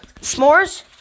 s'mores